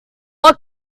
what